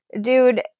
Dude